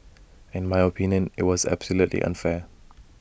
in my opinion IT was absolutely unfair